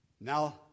Now